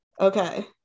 Okay